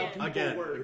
again